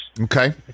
Okay